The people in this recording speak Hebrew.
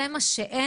זה מה שאין?